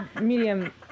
medium